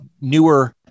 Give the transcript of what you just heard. newer